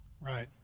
Right